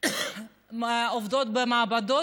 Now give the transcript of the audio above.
עובדות במעבדות,